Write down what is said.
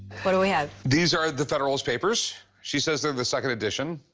what do we have? these are the federalist papers. she says they're the second edition.